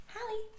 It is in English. Hallie